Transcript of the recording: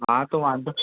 હા તો વાંધો